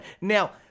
Now